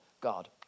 God